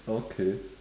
okay